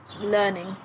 learning